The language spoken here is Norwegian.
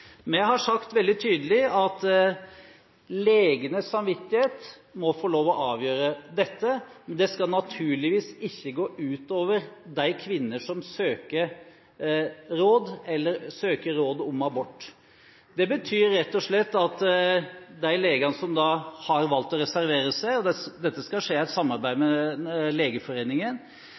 Vi har sagt veldig tydelig at legenes samvittighet må få lov til å avgjøre dette, men det skal naturligvis ikke gå ut over de kvinner som søker råd om abort. Det betyr rett og slett at de legene som har valgt å reservere seg – dette skal skje i et samarbeid med Legeforeningen